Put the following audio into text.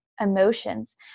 emotions